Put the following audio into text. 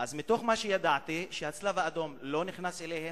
מתוך מה שידעתי, הצלב-האדום לא נכנס אליהם,